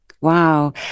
wow